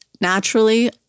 Naturally